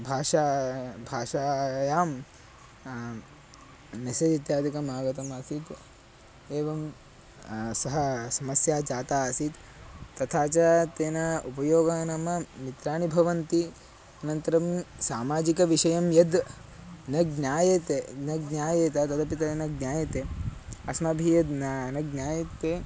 भाषा भाषायां मेसेज् इत्यादिकम् आगतमासीत् एवं सा समस्या जाता आसीत् तथा च तेन उपयोगः नाम मित्राणि भवन्ति अनन्तरं सामाजिकविषयं यद् न ज्ञायते न ज्ञायेत तदपि तेन ज्ञायते अस्माभिः यद् न न ज्ञायते